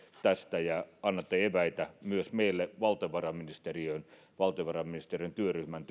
ja annatte eväitä myös meille valtiovarainministeriöön valtiovarainministeriön työryhmän